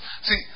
See